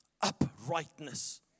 Uprightness